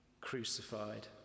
crucified